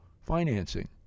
financing